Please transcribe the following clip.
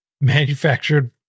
manufactured